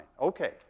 Okay